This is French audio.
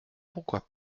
pourquoi